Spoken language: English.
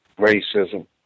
racism